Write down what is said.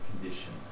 condition